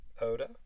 Oda